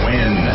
Win